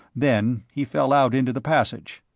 then he fell out into the passage.